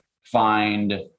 find